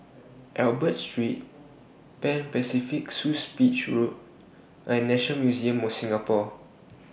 Albert Street Pan Pacific Suites Beach Road and Nation Museum of Singapore